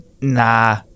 Nah